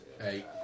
Eight